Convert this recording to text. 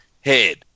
head